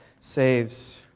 saves